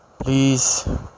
Please